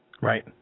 right